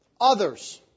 others